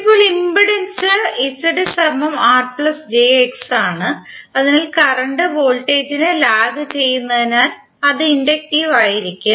ഇപ്പോൾ ഇംപെഡൻസ് ആണ് അതിനാൽ കറന്റ് വോൾടേജിനെ ലാഗ് ചെയ്യുന്നതിനാൽ അത് ഇൻഡക്റ്റീവ് ആയിരിക്കും